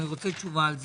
אני רוצה תשובה על זה.